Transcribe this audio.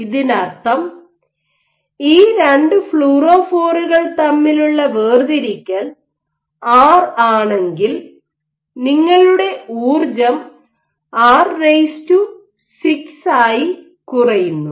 ഇതിനർത്ഥം ഈ രണ്ട് ഫ്ലൂറോഫോറുകൾ തമ്മിലുള്ള വേർതിരിക്കൽ ആർ ആണെങ്കിൽ നിങ്ങളുടെ ഊർജ്ജം r6 ആയി കുറയുന്നു